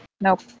Nope